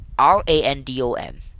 R-A-N-D-O-M